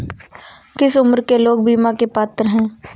किस उम्र के लोग बीमा के लिए पात्र हैं?